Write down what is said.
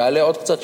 יעלה עוד קצת,